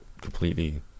completely